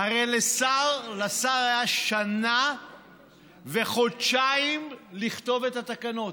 הרי לשר היו שנה וחודשיים לכתוב את התקנות.